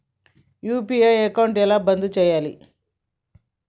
UPI account ఎలా బంద్ చేయాలి?